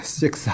six